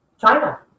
China